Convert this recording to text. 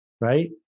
right